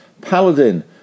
Paladin